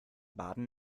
baden